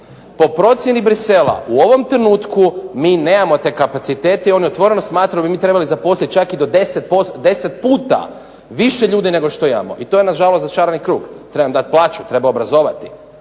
Po procjeni Bruxellesa u ovom trenutku mi nemamo te kapacitete i oni otvoreno smatraju da bi mi trebali zaposliti čak i do 10 puta više ljudi nego što imamo. I to je nažalost začarani krug. Treba im dati plaću, treba obrazovati.